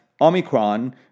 Omicron